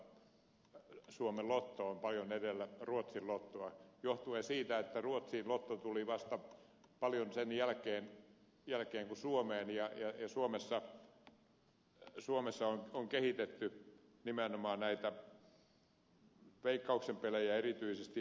toisaalta suomen lotto on paljon edellä ruotsin lottoa johtuen siitä että ruotsiin lotto tuli vasta paljon suomen jälkeen ja suomessa on kehitetty nimenomaan näitä veikkauksen pelejä erityisesti